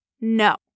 no